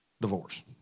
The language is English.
divorce